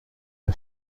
بری